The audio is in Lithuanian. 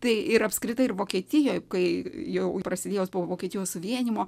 tai ir apskritai ir vokietijoj kai jau prasidėjo po vokietijos suvienijimo